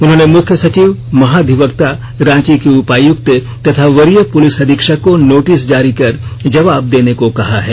उन्होंने मुख्य सचिव महाधिवक्ता रांची के उपायुक्त तथा वरीय पुलिस अधीक्षक को नोटिस जारी कर जवाब देने को कहा है